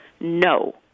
No